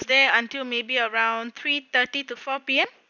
there until maybe around three thirty to four P_M